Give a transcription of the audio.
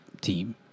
team